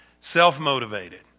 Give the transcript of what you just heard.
self-motivated